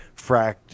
Fract